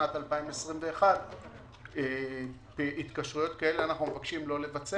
בשנת 2021. התקשרויות כאלה אנחנו מבקשים לא לבצע.